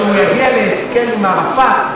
שכשהוא יגיע להסכם עם ערפאת,